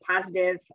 positive